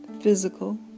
physical